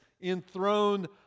enthroned